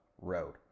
road